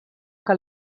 que